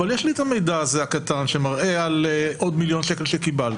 אבל יש לי את המידע הקטן הזה שמראה על עוד מיליון שקל שקיבלת.